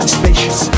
spacious